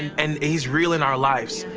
and he's real in our lives.